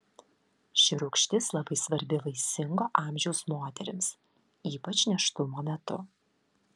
ši rūgštis labai svarbi vaisingo amžiaus moterims ypač nėštumo metu